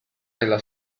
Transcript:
nella